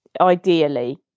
ideally